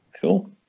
Cool